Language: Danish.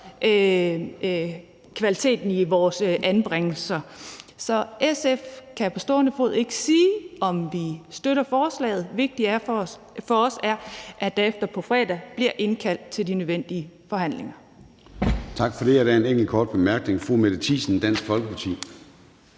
kvaliteten i vores anbringelser. Så i SF kan vi på stående fod ikke sige, om vi støtter forslaget. Det vigtige for os er, at der efter på fredag bliver indkaldt til de nødvendige forhandlinger